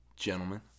Gentlemen